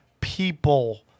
people